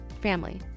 family